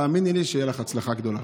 תאמיני לי שתהיה לך הצלחה גדולה.